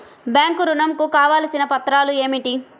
Bank ఋణం కు కావలసిన పత్రాలు ఏమిటి?